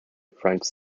french